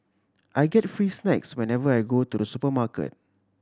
I get free snacks whenever I go to the supermarket